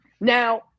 Now